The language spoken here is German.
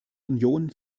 union